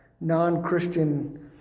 non-Christian